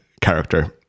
character